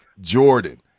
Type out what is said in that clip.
Jordan